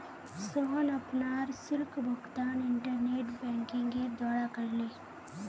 सोहन अपनार शुल्क भुगतान इंटरनेट बैंकिंगेर द्वारा करले